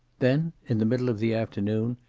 then, in the middle of the afternoon,